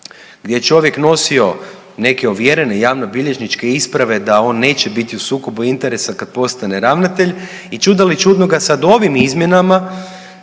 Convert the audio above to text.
gdje je čovjek nosio neke ovjerene javno bilježničke isprave da on neće biti u sukobu interesa kad postane ravnatelj i čuda li čudnoga sad ovim izmjenama